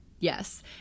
Yes